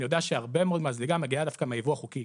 אני יודע שהרבה מאוד מהזליגה מגיעה דווקא מהיבוא החוקי.